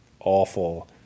awful